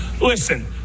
Listen